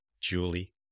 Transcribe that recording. Julie